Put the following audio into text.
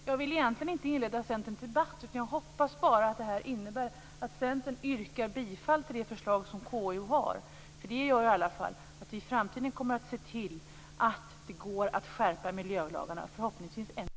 Jag vill egentligen inte inbjuda Centern till debatt, utan jag hoppas bara att det här innebär att Centern yrkar bifall till konstitutionsutskottets förslag. Det gör att vi i framtiden kommer att se till att det går att skärpa miljölagarna förhoppningsvis ännu mer.